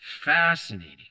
Fascinating